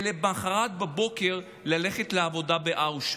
ולמוחרת בבוקר ללכת לעבודה באושוויץ.